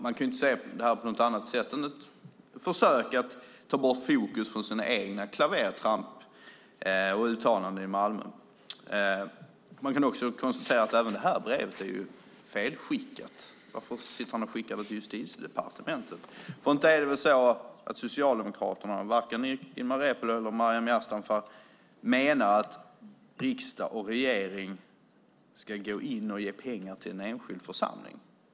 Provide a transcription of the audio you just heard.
Man kan inte se detta på något annat sätt än som ett försök att ta bort fokus från sina egna klavertramp och uttalanden i Malmö. Man kan också konstatera att även det här brevet är felskickat. Varför skickar han det till Justitiedepartementet? För det är väl inte så att socialdemokraterna Ilmar Reepalu och Maryam Yazdanfar menar att riksdag och regering ska ge pengar till en enskild församling?